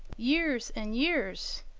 years and years,